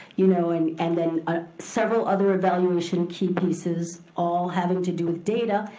you know and and then ah several other evaluation key pieces all having to do with data,